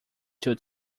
two